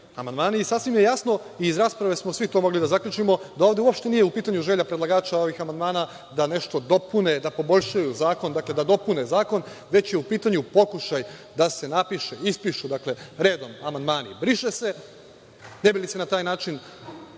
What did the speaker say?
amandmani. Sasvim je jasno i iz rasprave smo svi to mogli da zaključimo da ovde uopšte nije u pitanju želja predlagača ovih amandmana da nešto dopune, da poboljšaju zakon, već je u pitanju pokušaj da se ispišu redom amandmani – briše se, ne bi li se na taj način